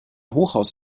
hochhaus